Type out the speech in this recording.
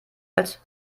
als